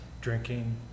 Drinking